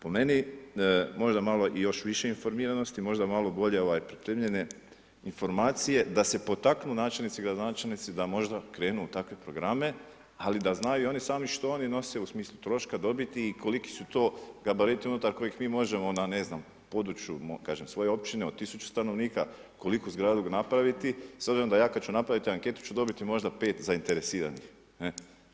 Po meni, možda malo još više informiranosti, možda malo bolje ovaj, pripremljene informacije da se potaknu načelnici i gradonačelnici, da možda krenu u takve programe, ali da znaju oni sami što oni nose u smislu troška dobiti i koliki su to gabariti unutar kojih mi možemo na ne znam, području kažem svoje općine od 1000 stanovnika koliku zgradu napraviti, s obzirom da ja kad ću napraviti anketu ću dobiti možda 5 zainteresiranih, ne.